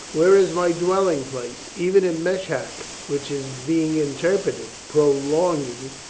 where is my dwelling place? even in meshec, which is be ing interpreted, prolonging,